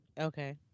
Okay